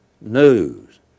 news